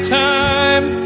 time